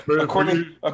According